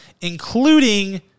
including